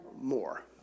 more